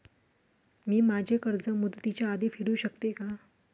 मी माझे कर्ज मुदतीच्या आधी फेडू शकते का?